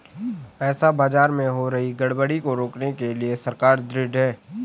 पैसा बाजार में हो रही गड़बड़ी को रोकने के लिए सरकार ढृढ़ है